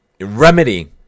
Remedy